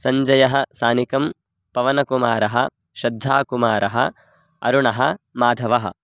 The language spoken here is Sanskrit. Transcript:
सञ्जयः सानिकं पवनकुमारः श्रद्धाकुमारः अरुणः माधवः